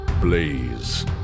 Blaze